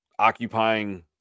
occupying